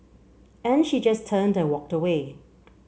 and she just turned and walked away